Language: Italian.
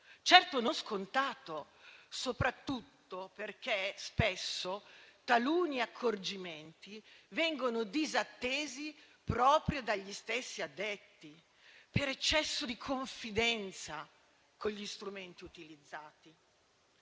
Certo ciò non è scontato, soprattutto perché spesso taluni accorgimenti vengono disattesi proprio dagli stessi addetti per eccesso di confidenza con gli strumenti utilizzati.